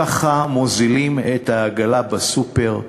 ככה מוזילים את העגלה בסופר,